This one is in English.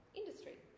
industry